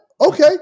Okay